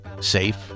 safe